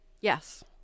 Yes